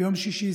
ביום שישי,